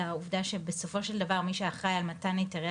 לעובדה שבסופו של דבר מי שאחראי על מתן היתרי